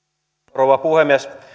rouva puhemies